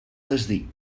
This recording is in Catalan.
desdir